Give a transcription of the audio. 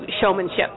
showmanship